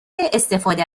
استفاده